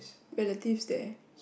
relatives there